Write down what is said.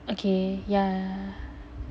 okay yeah